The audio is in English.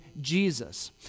Jesus